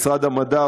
משרד המדע,